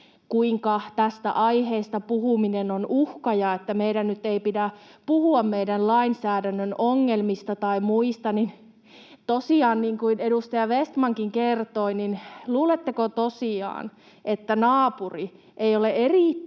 kuinka tästä aiheesta puhuminen on uhka ja että meidän nyt ei pidä puhua meidän lainsäädäntömme ongelmista tai muista. Tosiaan, niin kuin edustaja Vestmankin kertoi, luuletteko tosiaan, että naapuri ei ole erittäin